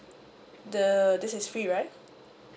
the this is free right